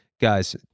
guys